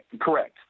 Correct